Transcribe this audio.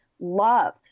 love